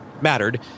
mattered